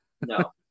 no